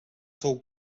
sou